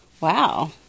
Wow